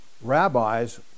rabbis